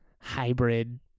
hybrid